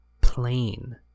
plain